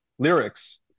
Lyrics